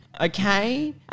okay